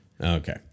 Okay